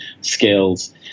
skills